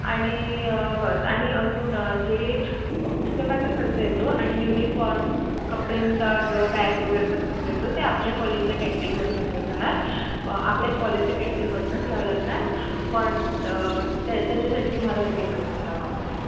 आणि बस आणि अजून जे पुस्तकाचा खर्च येतो आणि युनिफॉर्म कपड्यांचा जो बॅग वगैरेचा खर्च येतो ते आपल्या कॉलेजच्या कँटीनमध्ये भेटून जाणार आपल्या कॉलेजच्या कँटीनमधूनच घ्यावं लागणार पण तर त्याच्यासाठी तुम्हाला वेगळे पैसे भरावं लागतील